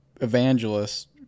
evangelist